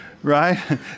Right